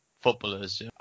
footballers